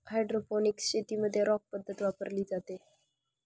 hydroponics शेतीमध्ये rock पद्धत वापरली जाते